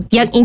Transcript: Yang